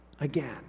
again